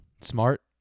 smart